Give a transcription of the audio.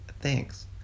Thanks